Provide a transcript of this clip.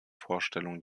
vorstellung